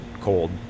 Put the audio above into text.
cold